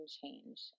change